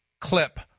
clip